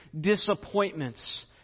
disappointments